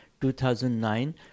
2009